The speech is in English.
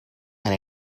and